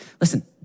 Listen